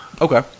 okay